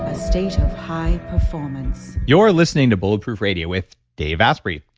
a state of high performance you're listening to bulletproof radio with dave asprey.